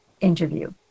interview